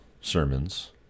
sermons